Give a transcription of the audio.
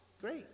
Great